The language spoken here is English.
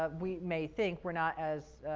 ah we may think we're not as